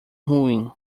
ruim